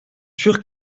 sûr